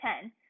ten